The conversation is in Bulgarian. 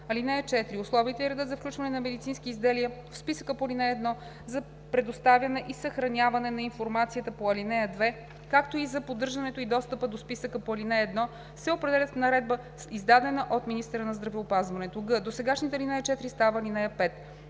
„(4) Условията и редът за включване на медицински изделия в списъка по ал. 1, за предоставяне и съхраняване на информацията по ал. 2, както и за поддържането и достъпа до списъка по ал. 1 се определят в наредба, издадена от министъра на здравеопазването.“; г) досегашната ал. 4 става ал. 5.